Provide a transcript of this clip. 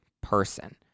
person